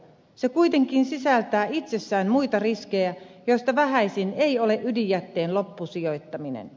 se kuitenkin sisältää itsessään muita riskejä joista vähäisin ei ole ydinjätteen loppusijoittaminen